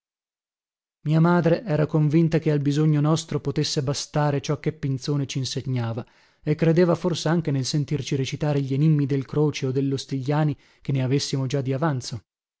mia madre era convinta che al bisogno nostro potesse bastare ciò che pinzone cinsegnava e credeva forsanche nel sentirci recitare gli enimmi del croce o dello stigliani che ne avessimo già di avanzo